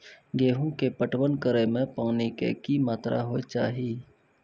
गेहूँ के पटवन करै मे पानी के कि मात्रा होय केचाही?